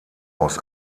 aus